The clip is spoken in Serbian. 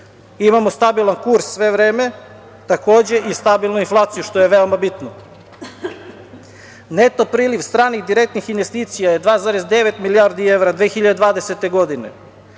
Imamo stabilan kurs sve vreme, takođe i stabilnu inflaciju, što je veoma bitno. Neto priliv stranih direktnih investicija je 2,9 milijardi evra 2020. godine,